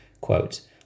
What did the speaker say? quote